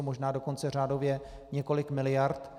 Možná dokonce řádově několik miliard.